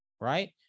right